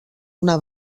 una